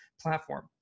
platform